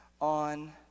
on